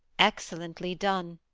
excellently done,